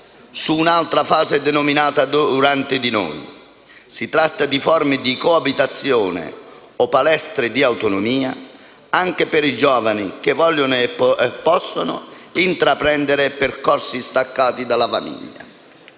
su un'altra fase, denominata "durante noi". Si tratta di forme di coabitazione o "palestre di autonomia", anche per giovani che vogliano e possano intraprendere percorsi staccati dalla famiglia.